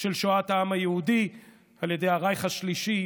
של שואת העם היהודי על ידי הרייך השלישי,